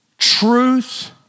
Truth